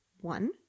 One